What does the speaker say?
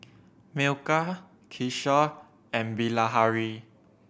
Milkha Kishore and Bilahari